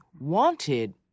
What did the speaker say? wanted